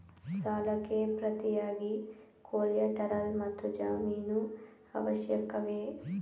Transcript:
ಸಾಲಕ್ಕೆ ಪ್ರತಿಯಾಗಿ ಕೊಲ್ಯಾಟರಲ್ ಮತ್ತು ಜಾಮೀನು ಅತ್ಯವಶ್ಯಕವೇ?